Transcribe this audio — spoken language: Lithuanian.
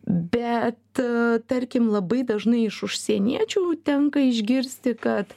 bet tarkim labai dažnai iš užsieniečių tenka išgirsti kad